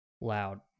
loud